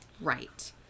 right